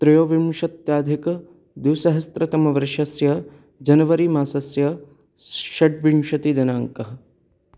त्रयोविंशत्यधिकद्विसहस्रतमवर्षस्य जन्वरि मासस्य षट्विंशतिदिनाङ्कः